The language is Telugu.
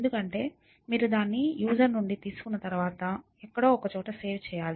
ఎందుకంటే మీరు దాన్ని వినియోగదారు నుండి తీసుకున్న తర్వాత ఎక్కడో ఒకచోట సేవ్ చేయాలి